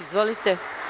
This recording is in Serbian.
Izvolite.